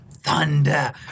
Thunder